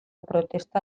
protesta